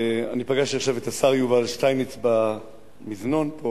פגשתי עכשיו את השר יובל שטייניץ במזנון פה